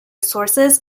sources